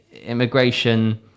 immigration